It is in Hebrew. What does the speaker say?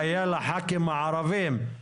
הגשה לעניין הזה זה קליטה,